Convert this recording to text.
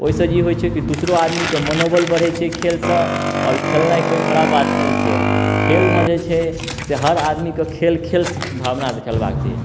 ओहिसँ ई होइ छै कि दोसरो आदमीके मनोबल बढ़ैत छै खेलसँ आओर खेलनाइ कोइ खराब बात नहि छै खेलमे जे छै से हर आदमीके खेल खेलके भावना से खेलबाके चाही